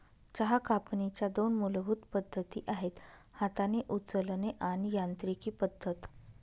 चहा कापणीच्या दोन मूलभूत पद्धती आहेत हाताने उचलणे आणि यांत्रिकी पद्धत